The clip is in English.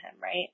right